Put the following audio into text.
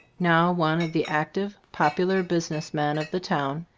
now one of the active, popular business men of the town,